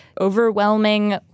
overwhelming